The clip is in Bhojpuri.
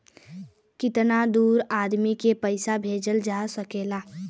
कितना दूर आदमी के पैसा भेजल जा सकला?